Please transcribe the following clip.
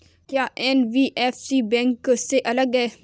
क्या NBFC bank से अलग है?